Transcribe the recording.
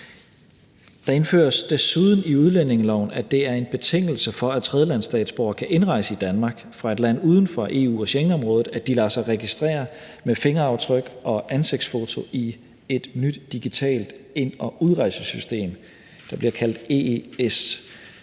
Det indføres desuden i udlændingeloven, at det er en betingelse for, at tredjelandsstatsborgere kan indrejse i Danmark fra et land uden for EU- og Schengenområdet, at de lader sig registrere med fingeraftryk og ansigtsfoto i et nyt digitalt ind- og udrejsesystem, der bliver kaldt EES.